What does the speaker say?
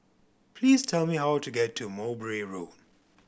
please tell me how to get to Mowbray Road